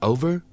Over